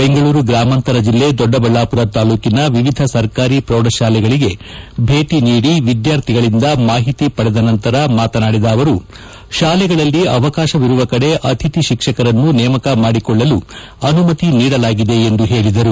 ಬೆಂಗಳೂರು ಗ್ರಾಮಾಂತರ ಜಿಲ್ಲೆ ದೊಡ್ಡಬಳ್ಳಾಪುರ ತಾಲ್ಲೂಕಿನ ವಿವಿಧ ಸರ್ಕಾರಿ ಪ್ರೌಢಶಾಲೆಗಳಗೆ ಭೇಟಿ ನೀಡಿ ವಿದ್ಯಾರ್ಥಿಗಳಿಂದ ಮಾಹಿತಿ ಪಡೆದ ನಂತರ ಮಾತನಾಡಿದ ಅವರು ಶಾಲೆಗಳಲ್ಲಿ ಅವಕಾಶವಿರುವ ಕಡೆ ಅತಿಥಿ ಶಿಕ್ಷಕರನ್ನು ನೇಮಕ ಮಾಡಿಕೊಳ್ಳಲು ಅನುಮತಿ ನೀಡಲಾಗಿದೆ ಎಂದು ಹೇಳಿದರು